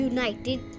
United